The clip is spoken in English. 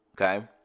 okay